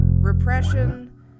repression